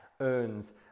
earns